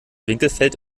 winkelfeld